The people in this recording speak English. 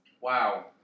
wow